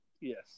Yes